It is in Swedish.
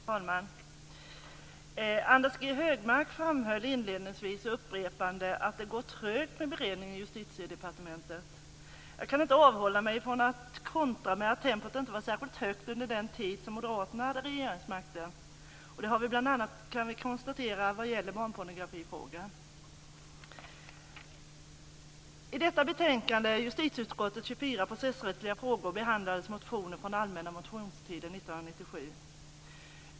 Herr talman! Anders G Högmark framhöll inledningsvis och upprepande att det går trögt med beredningen i Justitiedepartementet. Jag kan inte avhålla mig från att kontra med att tempot inte var särskilt högt under den tid då Moderaterna hade regeringsmakten. Det gällde bl.a. barnpornografifrågan, kan vi konstatera. I detta betänkande, JuU24, Processrättsliga frågor, behandlades motioner från den allmänna motionstiden 1997.